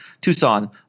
Tucson